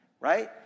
right